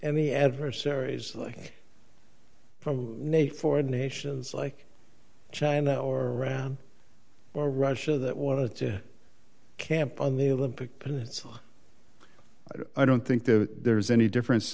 any adversaries like from naif ordinations like china or iran or russia that wanted to camp on the olympic peninsula i don't think that there's any difference